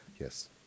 yes